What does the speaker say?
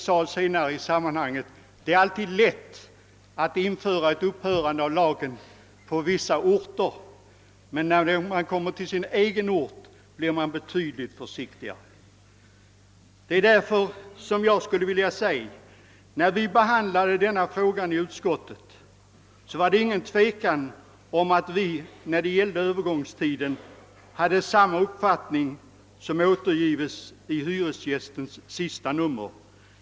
Jag sade då att det alltid är lätt att slopa hyresregleringen i vissa orter, men när det blir fråga om ens egen ort, blir man betydligt försiktigare. När vi i utskottet behandlade denna fråga, var det ingen tvekan om att vi socialdemokrater när det gällde den längre övergångstiden hade samma uppfattning som finns återgiven i »Vår Bostads» senaste nummer.